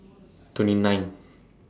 twenty nine